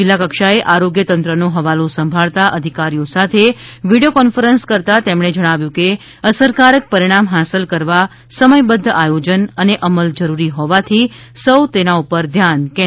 જિલ્લા કક્ષાએ આરોગ્ય તંત્રનો હવાલો સાંભળતા અધિકારીઓ સાથે વિડિયો કોન્ફરન્સ કરતાં તેમણે કહ્યું હતું કે અસરકારક પરિણામ હાંસલ કરવા સમયબધ્ધ આયોજન અને અમલ જરૂરી હોવાથી સૌ તેના ઉપર ધ્યાન કેન્દ્રિત કરે